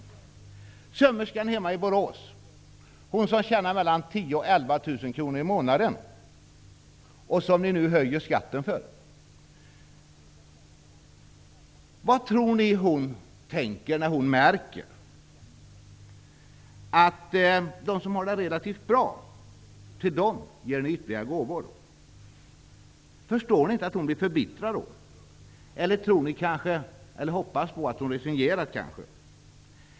Vad tror ni att sömmerskan hemma i Borås -- hon som tjänar 10 000--11 000 kr i månaden och som ni nu höjer skatten för -- tänker när hon märker att ni ger ytterligare gåvor till dem som har det relativt bra? Förstår ni inte att hon blir förbittrad? Eller tror ni, eller hoppas, att hon resignerat?